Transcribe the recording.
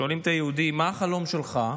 שואלים את היהודי: מה החלום שלך?